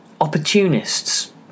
opportunists